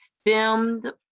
stemmed